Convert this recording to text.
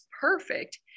perfect